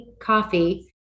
coffee